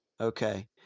Okay